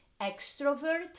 extrovert